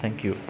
thank you